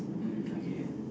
mm okay